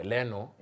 Leno